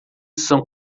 são